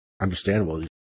understandable